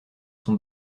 son